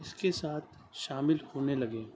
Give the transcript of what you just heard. اس کے ساتھ شامل ہونے لگے